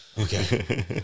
Okay